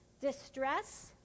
distress